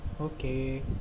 Okay